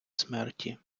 смерті